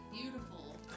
beautiful